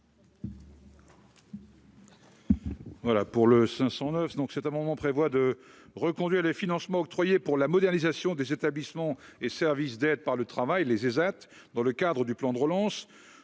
Voilà pour le 509 donc, cet amendement prévoit de reconduire les financements octroyés pour la modernisation des établissements et services d'aide par le travail, les ESAT dans le cadre du plan de relance